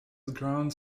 ground